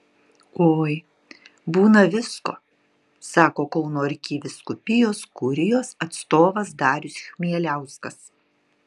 oi būna visko sako kauno arkivyskupijos kurijos atstovas darius chmieliauskas